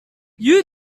you